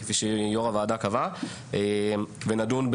ונדון על